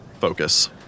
focus